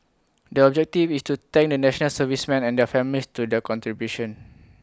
the objective is to thank the National Servicemen and their families to their contributions